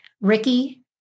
Ricky